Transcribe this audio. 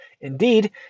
Indeed